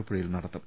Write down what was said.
പ്പുഴയിൽ നടത്തും